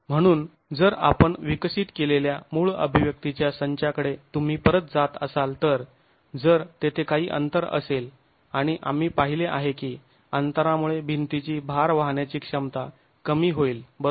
म्हणून जर आपण विकसित केलेल्या मूळ अभिव्यक्तीच्या संचाकडे तुम्ही परत जात असाल तर जर तेथे काही अंतर असेल आणि आम्ही पाहिले आहे की अंतरामुळे भिंतीची भार वाहण्याची क्षमता कमी होईल बरोबर